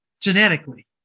genetically